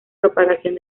propagación